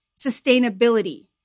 sustainability